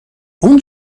اون